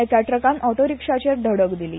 एका ट्रकान ऑटो रिक्शाचेर धडक दिली